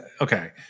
okay